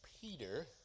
Peter